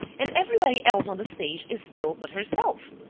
and everybody else on the stage is still but herself,